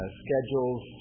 schedules